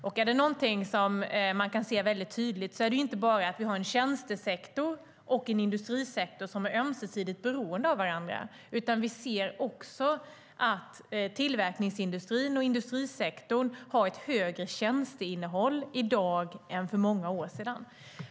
Om det är något som man kan se tydligt är det inte bara att vi har en tjänstesektor och en industrisektor som är ömsesidigt beroende av varandra utan att även tillverkningsindustrin och industrisektorn har ett högre tjänsteinnehåll i dag än för många år sedan.